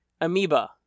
Amoeba